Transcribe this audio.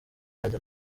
bajya